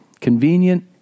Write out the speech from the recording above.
Convenient